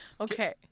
Okay